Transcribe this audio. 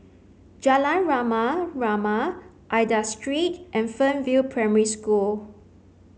Jalan Rama Rama Aida Street and Fernvale Primary School